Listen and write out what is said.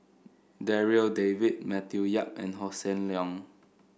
Darryl David Matthew Yap and Hossan Leong